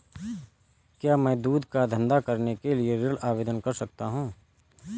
क्या मैं दूध का धंधा करने के लिए ऋण आवेदन कर सकता हूँ?